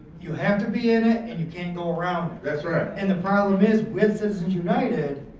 you have to be in it and you can't go around. that's right. and the problem is with citizens united,